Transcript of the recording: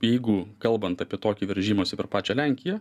jeigu kalbant apie tokį veržimąsį per pačią lenkiją